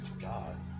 God